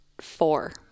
four